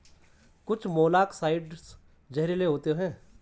कुछ मोलॉक्साइड्स जहरीले होते हैं